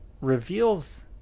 reveals